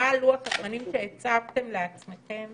מהו לוח-הזמנים שהצבתם לעצמכם